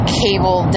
cable